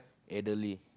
elderly